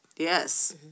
Yes